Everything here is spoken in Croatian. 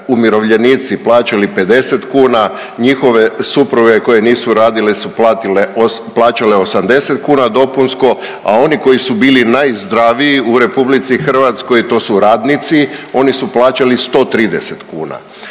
umirovljenici plaćali 50 kuna, njihove supruge koje nisu radile su platile, plaćale 80 kuna dopunsko, a oni koji su bili najzdraviji u RH, to su radnici, oni su plaćali 130 kuna.